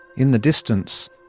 in the distance,